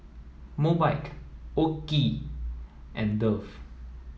Mobike OKI and Dove